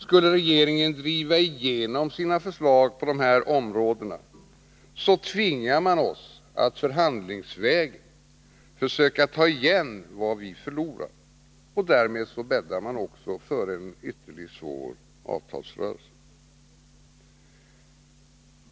Skulle regeringen driva igenom sina förslag på dessa områden tvingar man oss att förhandlingsvägen försöka ta igen vad vi förlorar. Därmed bäddar man också för en ytterligt svår avtalsrörelse.